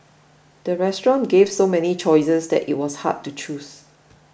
the restaurant gave so many choices that it was hard to choose